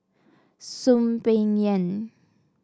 Soon Peng Yam